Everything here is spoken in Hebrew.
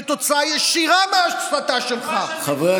כתוצאה ישירה מההסתה שלך,